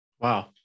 Wow